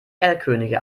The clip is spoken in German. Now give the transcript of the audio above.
erlkönige